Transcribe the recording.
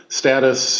status